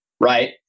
Right